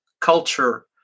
culture